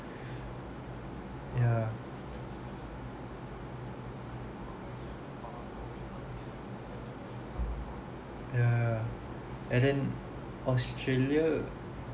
yeah yeah and then australia